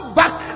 back